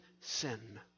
sin